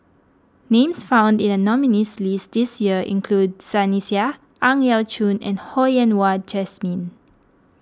names found in the nominees' list this year include Sunny Sia Ang Yau Choon and Ho Yen Wah Jesmine